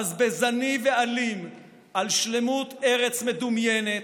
בזבזני ואלים על שלמות ארץ מדומיינת,